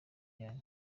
yanyu